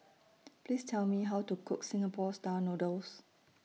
Please Tell Me How to Cook Singapore Style Noodles